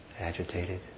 agitated